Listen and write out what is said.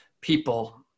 people